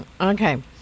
Okay